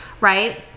right